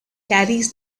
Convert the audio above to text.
carries